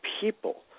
people